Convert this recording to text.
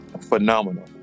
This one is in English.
phenomenal